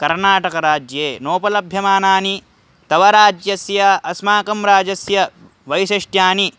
कर्नाटकराज्ये नोपलभ्यमानानि त वराज्यस्य अस्माकं राजस्य वैशिष्ट्यानि